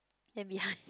and behind